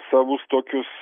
savus tokius